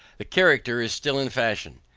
the character is still in fashion.